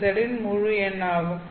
ன் முழு எண் ஆகும்